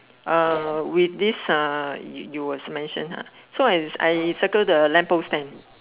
with this you you was mention [huh] so I circle the lamp post then